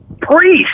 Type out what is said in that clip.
Priest